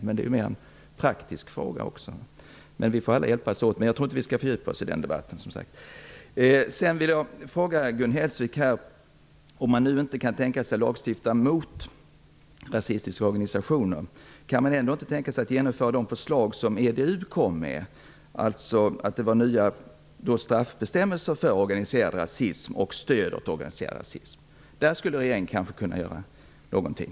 Det är mer en praktisk fråga. Vi får alla hjälpas åt. Men jag tror inte att vi skall fördjupa oss i den debatten. Jag vill fråga Gun Hellsvik: Om man inte kan tänka sig att lagstifta mot rasistiska organisationer, kan man ändå inte tänka sig att genomföra de förslag som EDU lade fram, alltså nya straffbestämmelser för organiserad rasism och stöd åt organiserad rasism? Där skulle regeringen kanske kunna göra någonting.